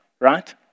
right